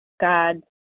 God